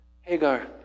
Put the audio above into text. Hagar